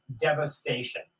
devastation